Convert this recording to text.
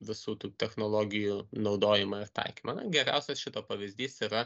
visų tų technologijų naudojimą ir taikymą geriausias šito pavyzdys yra